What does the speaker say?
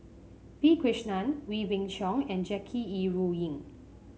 P Krishnan Wee Beng Chong and Jackie Yi Ru Ying